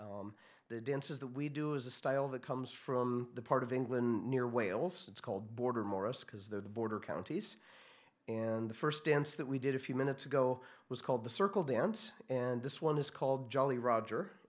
england the dances that we do is a style that comes from the part of england near wales it's called border morris because they're the border counties and the first dance that we did a few minutes ago was called the circle dance and this one is called jolly roger